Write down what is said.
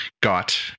got